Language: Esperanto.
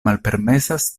malpermesas